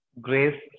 grace